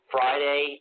Friday